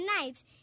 nights